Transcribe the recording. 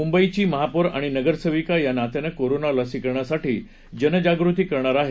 मुंबईची महापौर आणि नगरसेविका या नात्यानं कोरोना लसीकरणासाठी जनजागृती करणार आहे